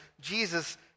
Jesus